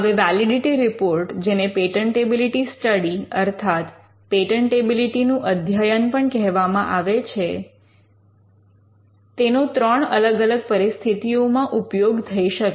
હવે validity report જેને patentability study અર્થાત પેટન્ટેબિલિટીનું અધ્યયન પણ કહેવામાં આવે છે તે તેનો ત્રણ અલગ પરિસ્થિતિઓમાં ઉપયોગ થઈ શકે